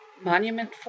Monument